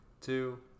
two